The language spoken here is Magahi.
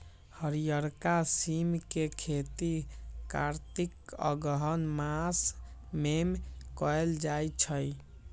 हरियरका सिम के खेती कार्तिक अगहन मास में कएल जाइ छइ